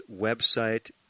website